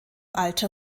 alter